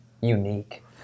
unique